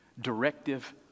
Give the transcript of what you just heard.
directive